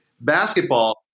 basketball